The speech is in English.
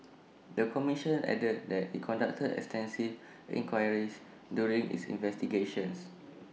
the commission added that IT conducted extensive inquiries during its investigations